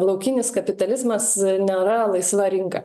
laukinis kapitalizmas nėra laisva rinka